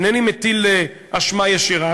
אינני מטיל אשמה ישירה,